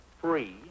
free